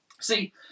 See